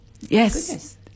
Yes